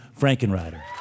Frankenrider